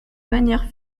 manière